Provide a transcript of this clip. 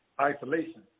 isolation